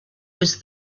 was